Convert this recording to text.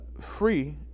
free